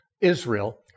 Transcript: Israel